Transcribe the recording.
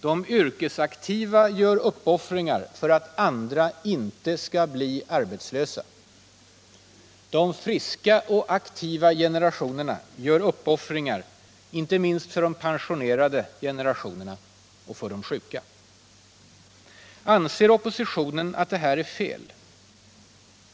De yrkesaktiva gör uppoffringar för att andra inte skall bli arbetslösa. De friska och aktiva generationerna gör uppoffringar inte minst för de pensionerade generationerna och för de sjuka. Anser oppositionen att det här är fel?